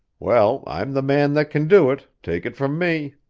well, i'm the man that can do it, take it from me!